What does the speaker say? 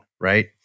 Right